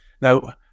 Now